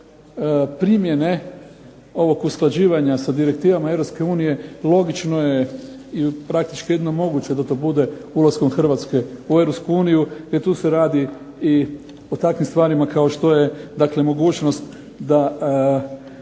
tiče primjene ovog usklađivanja sa direktivama Europske unije logično je i praktično jedino moguće da to bude ulaskom Hrvatske u Europsku uniju, jer tu se radi i o takvim stvarima kao što je mogućnost da